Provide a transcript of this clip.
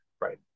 right